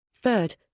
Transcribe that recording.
Third